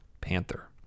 Panther